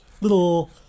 little